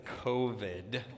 COVID